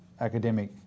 academic